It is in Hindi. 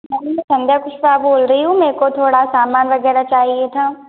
मैम मैं संघापुष्पा बोल रही हूँ मेको थोड़ा सामान वगैरह चाहिए था